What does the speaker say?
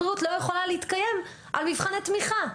מערכת בריאות לא יכולה להתקיים על מבחני תמיכה.